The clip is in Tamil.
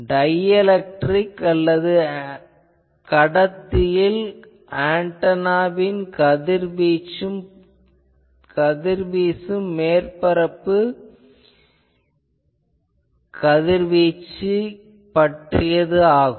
டைஎலெக்ட்ரிக் அல்லது கடத்தியில் ஆன்டெனாவின் கதிர்வீசும் மேற்பரப்பின் கதிர்வீச்சு ஆகும்